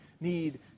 need